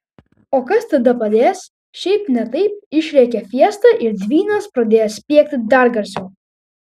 o kas tada padės šiaip ne taip išrėkė fiesta ir dvynės pradėjo spiegti dar garsiau